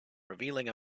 revealing